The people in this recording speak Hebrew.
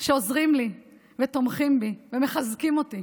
שעוזרים לי ותומכים בי ומחזקים אותי.